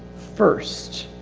first.